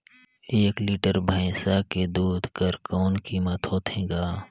एक लीटर भैंसा के दूध कर कौन कीमत होथे ग?